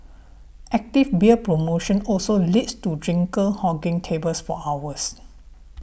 active beer promotion also leads to drinker hogging tables for hours